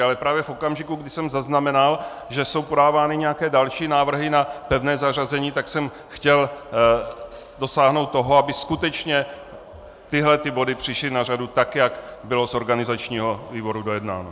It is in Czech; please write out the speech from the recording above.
Ale právě v okamžiku, kdy jsem zaznamenal, že jsou podávány nějaké další návrhy na pevné zařazení, tak jsem chtěl dosáhnout toho, aby skutečně tyhle body přišly na řadu tak, jak bylo z organizačního výboru dojednáno.